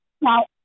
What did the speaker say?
Now